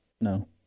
No